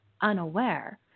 unaware